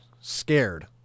scared